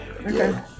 okay